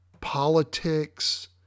politics